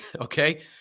Okay